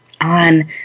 on